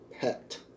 pet